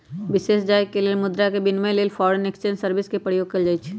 विदेश जाय के लेल मुद्रा के विनिमय लेल फॉरेन एक्सचेंज सर्विस के प्रयोग कएल जाइ छइ